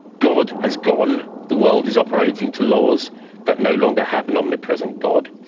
god has gone, the world is operating to laws that no longer have an omnipresent god,